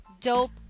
dope